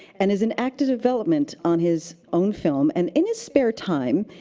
and is in active development on his own film. and in his spare time,